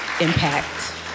impact